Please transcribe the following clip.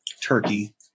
Turkey